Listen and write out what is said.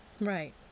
Right